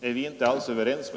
är vi inte alls överens.